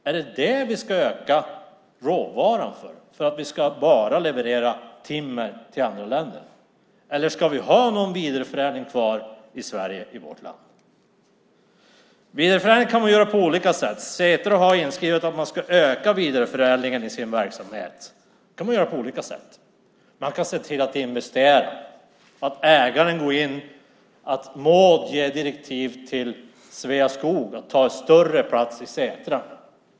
Är det det vi ska öka råvaran för, för att vi bara ska leverera timmer till andra länder? Eller ska vi ha någon vidareförädling kvar i Sverige, i vårt land? Vidareförädling kan man göra på olika sätt. Setra har inskrivet att man ska öka vidareförädlingen i sin verksamhet. Det kan man göra på olika sätt. Man kan se till att investera, att ägaren går in, att Maud ger direktiv till Sveaskog att ta en större plats i Setra.